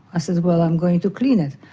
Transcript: i said, well i'm going to clean it,